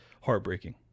heartbreaking